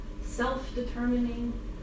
self-determining